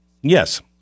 Yes